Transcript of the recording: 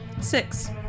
Six